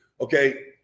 okay